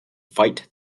fight